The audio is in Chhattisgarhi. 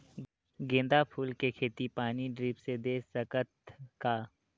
गेंदा फूल के खेती पानी ड्रिप से दे सकथ का?